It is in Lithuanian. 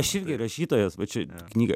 aš irgi rašytojas va čia knygą